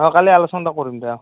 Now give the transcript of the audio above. অঁ কালি আলোচনাটো কৰিম দে অঁ